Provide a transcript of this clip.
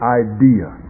idea